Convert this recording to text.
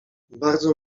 bardzo